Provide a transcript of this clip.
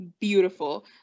beautiful